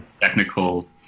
Technical